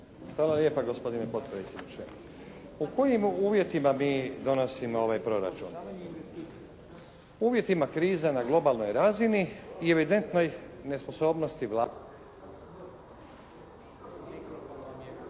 Hvala lijepa gospodine potpredsjedniče. Po kojim uvjetima mi donosimo ovaj proračun? Uvjetima kriza na globalnoj razini i evidentnoj nesposobnosti Vlade